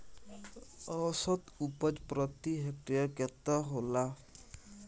औसत उपज प्रति हेक्टेयर केतना होला?